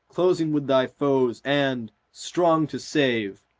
closing with thy foes and, strong to save,